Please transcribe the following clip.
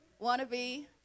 Wannabe